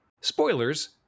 Spoilers